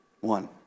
One